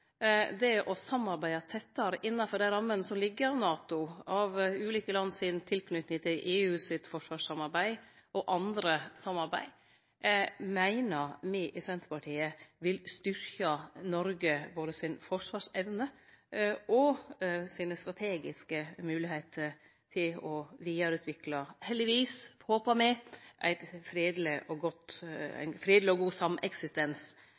det å samarbeide tettare innanfor dei rammene som ligg gjennom NATO, og ulike land si tilknyting til EU sitt forsvarssamarbeid og andre samarbeid meiner me i Senterpartiet vil styrkje Noreg si forsvarsevne og sine strategiske moglegheiter til å vidareutvikle – heldigvis, håper me – ein fredeleg og god sameksistens i både Norden og